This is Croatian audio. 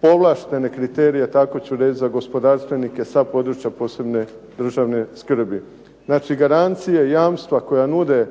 povlaštene kriterije tako ću reći za gospodarstvenike sa područja posebne državne skrbi. Znači, garancija, jamstva koje nudi